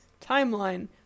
timeline